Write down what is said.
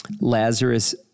Lazarus